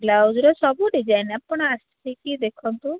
ବ୍ଲାଉଜ୍ର ସବୁ ଡିଜାଇନ୍ ଆପଣ ଆସିକି ଦେଖନ୍ତୁ